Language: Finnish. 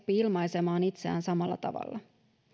ilmaisemaan itseään samalla tavalla